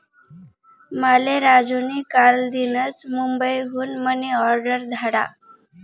माले राजू नी कालदीनच मुंबई हुन मनी ऑर्डर धाडा